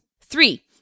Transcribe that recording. Three